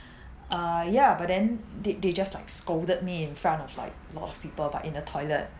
uh yeah but then they they just like scolded me in front of like lot of people but in a toilet